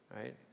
Right